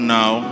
now